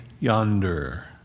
yonder